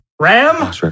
Ram